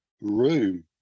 room